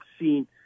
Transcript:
seen